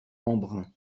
embrun